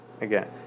again